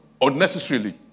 unnecessarily